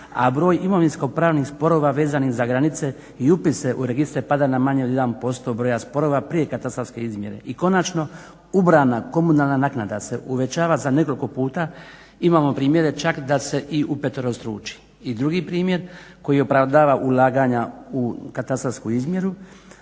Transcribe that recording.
a broj imovinsko-pravnih sporova vezanih za granice i upise u registre pada na manje od 1% broja sporova prije katastarske izmjere. I konačno, ubrojana komunalna naknada se uvećava za nekoliko puta. Imamo primjere čak da se i upeterostruči. I drugi primjer koji opravdava ulaganja u katastarsku izmjeru